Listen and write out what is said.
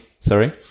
Sorry